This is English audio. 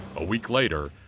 a week later,